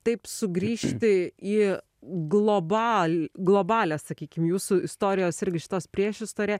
taip sugrįžti į global globalią sakykim jūsų istorijos irgi šitos priešistorė